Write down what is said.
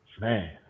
Man